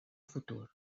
futur